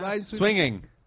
Swinging